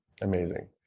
amazing